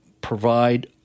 provide